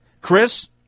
Chris